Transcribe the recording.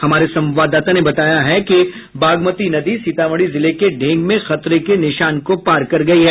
हमारे संवाददाता ने बताया कि बागमती नदी सीतामढ़ी जिले के ढेंग में खतरे के निशान को पार कर गयी है